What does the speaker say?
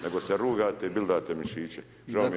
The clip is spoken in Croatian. Nego se rugate, bildate mišiće.